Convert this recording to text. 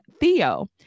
theo